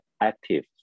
active